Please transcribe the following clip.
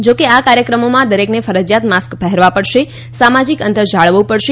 જો કે આ કાર્યક્રમોમાં દરેકને ફરજિયાત માસ્ક પહેરવા પડશે સામાજિક અંતર જાળવવું પડશે